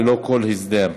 ללא כל הסדר.